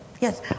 Yes